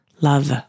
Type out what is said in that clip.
love